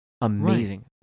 amazing